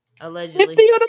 Allegedly